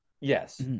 yes